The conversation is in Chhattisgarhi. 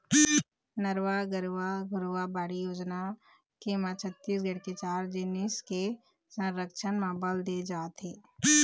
नरूवा, गरूवा, घुरूवा, बाड़ी योजना के म छत्तीसगढ़ के चार जिनिस के संरक्छन म बल दे जात हे